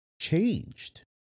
changed